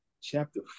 chapter